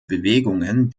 bewegungen